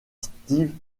steve